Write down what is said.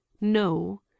no